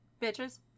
bitches